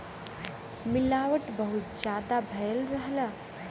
मिलावट बहुत जादा भयल रहला